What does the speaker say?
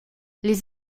les